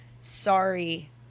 sorry